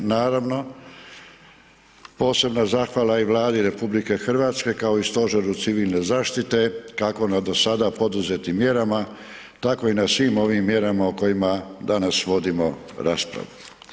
Naravno, posebna zahvala i Vladi RH i kao stožeru civilne zaštite kako na dosada poduzetim mjerama tako i na svim ovim mjerama o kojima danas vodimo raspravu.